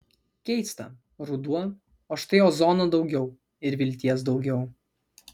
keista ruduo o štai ozono daugiau ir vilties daugiau